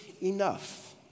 enough